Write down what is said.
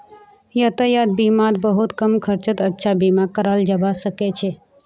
यातायात बीमात बहुत कम खर्चत अच्छा बीमा कराल जबा सके छै